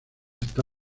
está